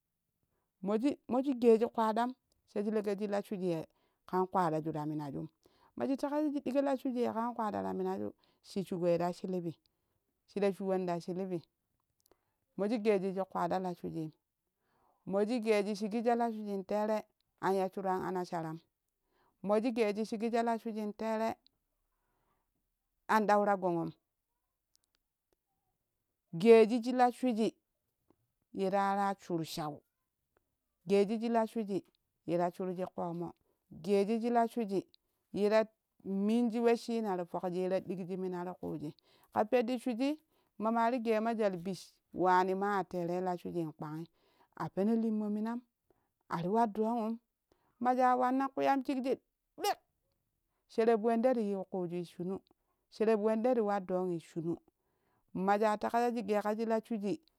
Moji moji gee shi kpadam shaji leƙeji la shwiji ye kan kpaaɗaju ta minaju najii teƙa shaji diƙo la shwiji ye kan kpaaɗa ta minaju shi shugoi ta shilibi shi ta shuwoni ta shilibi moji geeji shik kpaada la shwijiim moji geeji shiki, sha la shwijin tere an ya shuran anasaram moji geeji shiƙi sha la shwijin tere an ɗau ta gongom geeji shi la shwiji ye ta waraa shur shau, geeji shi la shwiji ye ta shurji ƙoomo, geeji shi la shwiji ye la minji wesshina ti fokji ye ta ɗikji nina ti kuuji ka peɗɗi shwijii mama te geema jwal bi waani maa tere la shwijin kpangi a peno limmo minam a ti war dongum majaa wanna kpiyam shikji lwik shereb wende ti yiu kuujul shinu shereb wende ti war ɗongii shinu majaa teƙa sha shi geek’a shi-a shwiji.